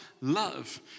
love